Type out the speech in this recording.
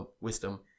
wisdom